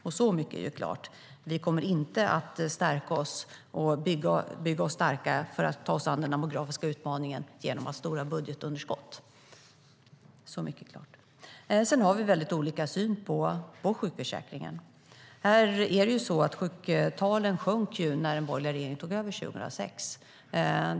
Så mycket är klart: Vi kommer inte att stärka oss eller bygga oss starka för att ta oss an den demografiska utmaningen genom att ha stora budgetunderskott. Vi har väldigt olika syn på sjukförsäkringen. Sjuktalen sjönk när den borgerliga regeringen tog över 2006.